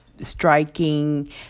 striking